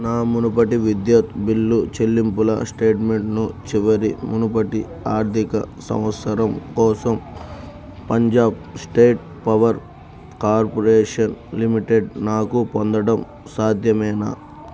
నా మునుపటి విద్యుత్ బిల్లు చెల్లింపుల స్టేట్మెంట్ను చివరి మునుపటి ఆర్థిక సంవత్సరం కోసం Punjab State Power Corporation Limited నాకు పొందడం సాధ్యమేనా